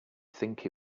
think